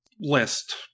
list